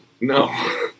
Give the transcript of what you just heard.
No